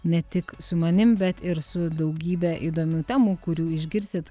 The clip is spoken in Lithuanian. ne tik su manim bet ir su daugybe įdomių temų kurių išgirsit